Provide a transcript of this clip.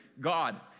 God